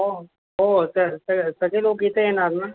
हो हो स सगळे सगळे लोक इथे येणार ना